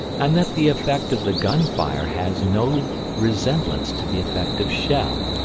and that the effect of the gun-fire has no resemblance to the effect of shell.